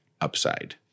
upside